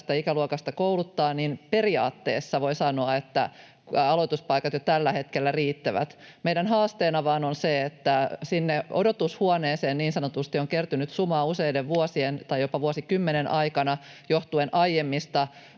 ikäluokasta kouluttaa, niin periaatteessa voi sanoa, että aloituspaikat jo tällä hetkellä riittävät. Meidän haasteenamme vain on se, että sinne niin sanottuun odotushuoneeseen on kertynyt suma useiden vuosien tai jopa vuosikymmenen aikana johtuen aiemmista